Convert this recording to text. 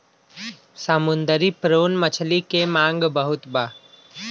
समुंदरी प्रोन मछली के मांग बहुत बा